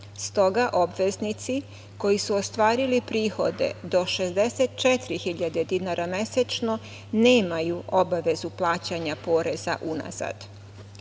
stoga obveznici koji su ostvarili prihode do 64.000 dinara mesečno nemaju obavezu plaćanja poreza unazad.